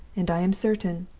and i am certain,